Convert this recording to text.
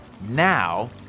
now